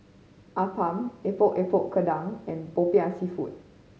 appam Epok Epok Kentang and Popiah Seafood